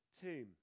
tomb